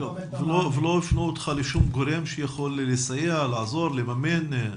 לא הפנו אותך לשום גורם שיכול לעזור, לסייע, לממן?